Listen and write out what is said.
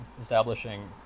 establishing